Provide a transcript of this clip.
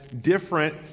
different